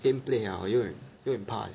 game play ah 我有点有点怕 leh